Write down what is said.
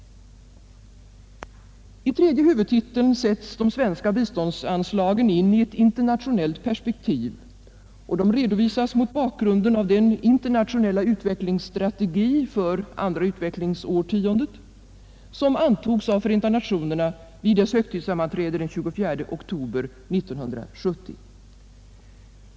I tredje huvudtiteln sätts de svenska biståndsanslagen in i ett internationellt perspektiv och redovisas mot bakgrunden av den internationella utvecklingsstrategin för det andra utvecklingsårtiondet, som antogs av Förenta nationerna vid dess högtidssammanträde den 24 oktober 1970.